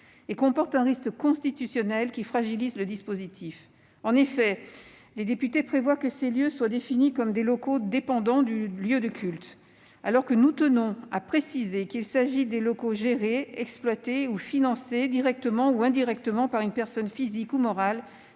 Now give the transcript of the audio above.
et comporte un risque constitutionnel qui fragilise le dispositif. En effet, les députés prévoient que ces lieux soient définis comme des locaux dépendants du lieu de culte, alors que nous tenons à préciser qu'il s'agit des locaux gérés, exploités ou financés directement ou indirectement par une personne physique ou morale